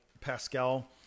Pascal